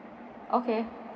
okay